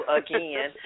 again